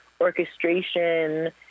orchestration